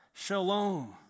Shalom